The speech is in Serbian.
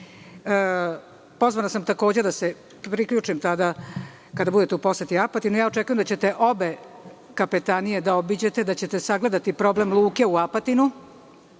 Pozvana sam takođe da se priključim kada budete u poseti Apatinu. Očekujem da ćete obići obe kapetanije, da ćete sagledati problem luke u Apatinu,